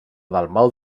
dalmau